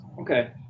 Okay